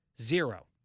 zero